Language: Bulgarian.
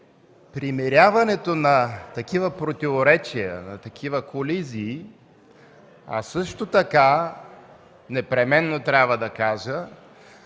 примиряването на такива противоречия, на такива колизии, а също така – непременно трябва да кажа